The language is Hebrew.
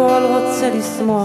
כשיש לנו, צריך לחלק בצדק.